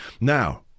Now